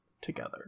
together